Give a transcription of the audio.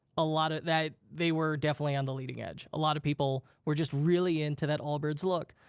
a lot of that, they were definitely on the leading edge. a lot of people were just really into that allbirds look.